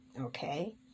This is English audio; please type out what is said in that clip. okay